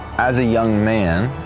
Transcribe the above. as a young man,